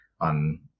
on